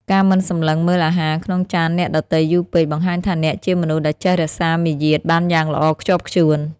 ការមិនសម្លឹងមើលអាហារក្នុងចានអ្នកដទៃយូរពេក បង្ហាញថាអ្នកជាមនុស្សដែលចេះរក្សាមារយាទបានយ៉ាងល្អខ្ជាប់ខ្ជួន។